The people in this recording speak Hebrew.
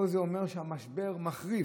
כל זה אומר שהמשבר מחריף.